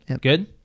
Good